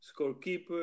scorekeeper